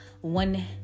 one